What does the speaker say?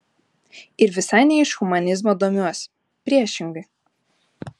ir visai ne iš humanizmo domiuosi priešingai